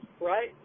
right